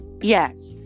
yes